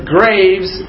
Graves